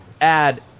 add